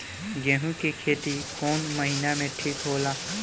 गेहूं के खेती कौन महीना में ठीक होला?